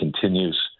continues